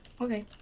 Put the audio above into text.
Okay